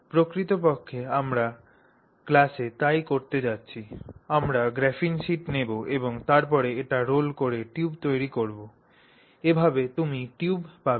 প্রকৃতপক্ষে আমরা ক্লাসে তাই করতে যাচ্ছি আমরা গ্রাফিন শীট নেব এবং তারপরে এটি রোল করে টিউব তৈরি করব এভাবে তুমি এই টিউব পাবে